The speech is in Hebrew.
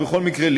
אבל בכל מקרה,